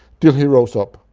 till he rose up.